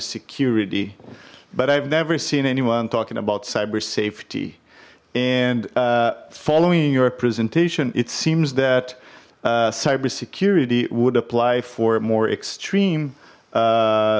security but i've never seen anyone talking about cyber safety and following your presentation it seems that cyber security would apply for more extreme